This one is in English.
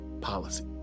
policy